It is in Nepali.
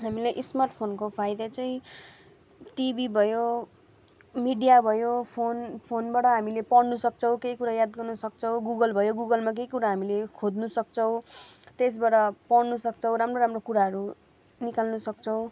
हामीले स्मार्ट फोनको फाइदा चाहिँ टिभी भयो मिडिया भयो फोन फोनबाट हामीले पढ्नु सक्छौँ केही कुरा याद गर्नु सक्छौँ गुगल भयो गुगलमा केही कुरा हामीले खोज्नु सक्छौँ त्यसबाट पढ्नु सक्छौँ राम्रो राम्रो कुराहरू निकाल्नु सक्छौँ